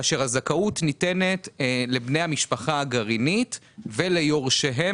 כאשר הזכאות ניתנת לבני המשפחה הגרעינית וליורשיהם,